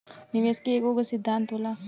निवेश के एकेगो सिद्धान्त होला